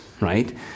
right